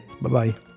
Bye-bye